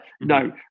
No